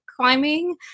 climbing